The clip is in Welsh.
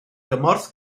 gymorth